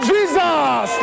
Jesus